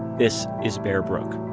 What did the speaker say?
this is bear brook.